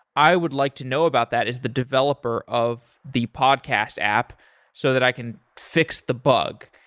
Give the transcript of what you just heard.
i would like to know about that as the developer of the podcast app so that i can fix the bug.